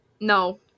No